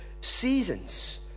seasons